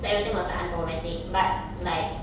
so everything was like unproblematic but like